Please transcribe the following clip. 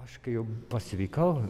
aš kai jau pasveikau